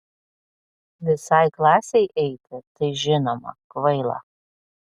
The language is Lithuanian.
visai klasei eiti tai žinoma kvaila